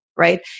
right